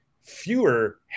fewer